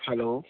hello